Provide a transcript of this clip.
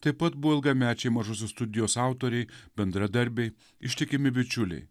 taip pat buvo ilgamečiai mažosios studijos autoriai bendradarbiai ištikimi bičiuliai